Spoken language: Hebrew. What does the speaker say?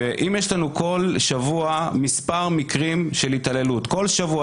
אם יש לנו כל שבוע מספר מקרים של התעללות כל שבוע,